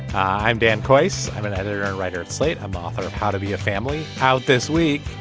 i'm dan price i'm an editor and writer at slate. i'm author of how to be a family. how this week.